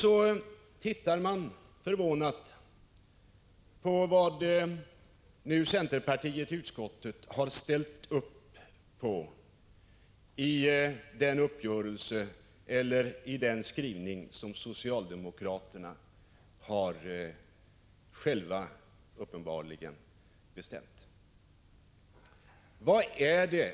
Så tittar man förvånat på vad centerpartiet har ställt upp på i utskottet, nämligen en skrivning som socialdemokraterna uppenbarligen ensamma har bestämt.